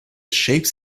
shapes